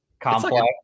complex